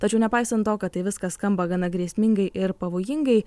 tačiau nepaisant to kad tai viskas skamba gana grėsmingai ir pavojingai